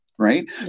Right